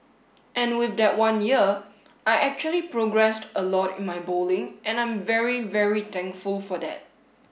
and with that one year I actually progressed a lot in my bowling and I'm very very thankful for that